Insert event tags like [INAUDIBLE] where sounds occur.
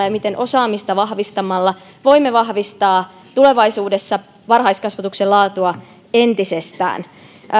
[UNINTELLIGIBLE] ja miten osaamista vahvistamalla voimme vahvistaa tulevaisuudessa varhaiskasvatuksen laatua entisestään